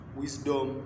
wisdom